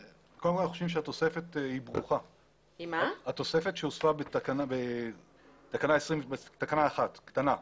אנחנו חושבים שהתוספת שהוספה בסעיף קטן (1)